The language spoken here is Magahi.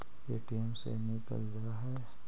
ए.टी.एम से निकल जा है?